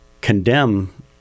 condemn